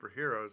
superheroes